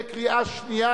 בקריאה שנייה,